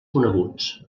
coneguts